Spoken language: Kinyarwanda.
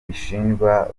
bishinjwa